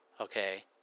Okay